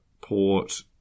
Port